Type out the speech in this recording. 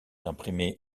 imprimé